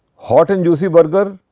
hot n juicy burger,